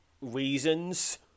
reasons